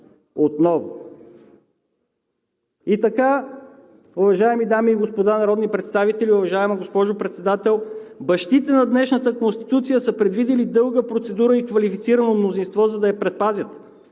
отново. И така, уважаеми дами и господа народни представители, уважаема госпожо Председател, бащите на днешната Конституция са предвидили дълга процедура и квалифицирано мнозинство, за да я предпазят